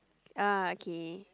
oh okay